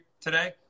today